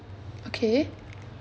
okay